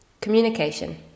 Communication